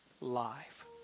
life